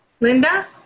Linda